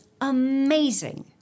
amazing